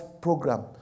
program